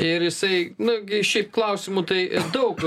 ir jisai nu šiaip klausimų tai daug